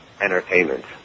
entertainment